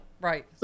Right